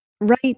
right